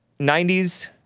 90s